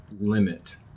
limit